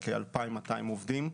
שכוללים כ-2,200 עובדים.